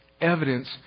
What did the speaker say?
evidence